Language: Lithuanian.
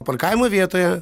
parkavimo vietoje